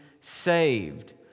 saved